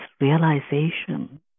realization